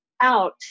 out